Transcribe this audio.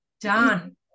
done